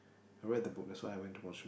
I read the book that's why I went to watch